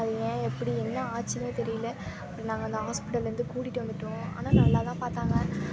அது ஏன் எப்படி என்ன ஆச்சுனே தெரியல நாங்கள் அந்த ஹாஸ்பிட்டலில்ருந்து கூட்டிகிட்டு வந்துவிட்டோம் ஆனால் நல்லா தான் பார்த்தாங்க